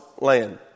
land